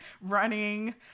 running